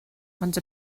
ond